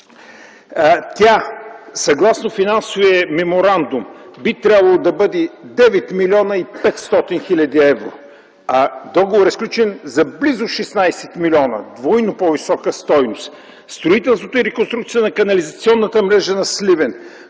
Тя съгласно финансовия меморандум, би трябвало да бъде 9 млн. 500 хил. евро, а договорът е сключен за близо 16 милиона – двойно по-висока стойност. Строителството и реконструкцията на канализационната мрежа на Сливен,